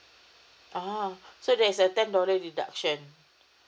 ah okay so that's a ten dollar deduction